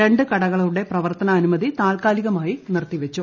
രണ്ട് കടകളുടെ പ്രവർത്തനാനുമതി താത്കാലികമായി നിർത്തിവച്ചു